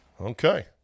Okay